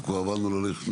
כבר עמדנו ללכת.